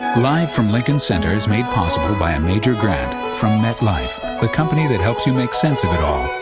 live from lincoln center is made possible by a major grant from metlife, the company that helps you make sense of it all,